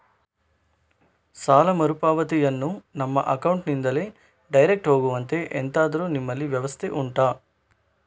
ಸಾಲ ಮರುಪಾವತಿಯನ್ನು ನಮ್ಮ ಅಕೌಂಟ್ ನಿಂದಲೇ ಡೈರೆಕ್ಟ್ ಹೋಗುವಂತೆ ಎಂತಾದರು ನಿಮ್ಮಲ್ಲಿ ವ್ಯವಸ್ಥೆ ಉಂಟಾ